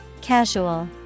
Casual